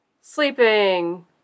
sleeping